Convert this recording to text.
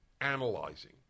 analyzing